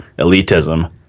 elitism